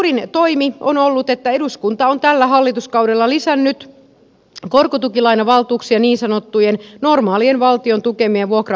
suurin toimi on ollut että eduskunta on tällä hallituskaudella lisännyt korkotukilainavaltuuksia niin sanottujen normaalien valtion tukemien vuokra asuntojen rakentamiseksi